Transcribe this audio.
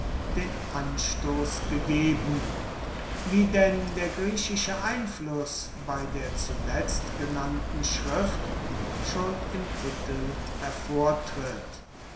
den anstoß gegeben wie denn der griechische einfluß bei der zuletzt genannten schrift schon im titel hervortritt